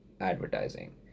advertising